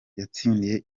yatsindiye